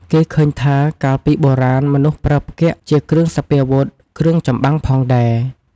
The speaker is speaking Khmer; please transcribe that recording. គេឃើញថា កាលពីបុរាណមនុស្សប្រើផ្គាក់ជាគ្រឿងសព្វាវុធ គ្រឿងចម្បាំង ផងដែរ ។